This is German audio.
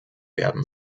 werden